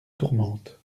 tourmente